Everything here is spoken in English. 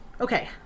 Okay